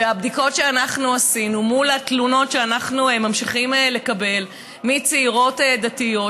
ומהבדיקות שאנחנו עשינו של התלונות שאנחנו ממשיכים לקבל מצעירות דתיות,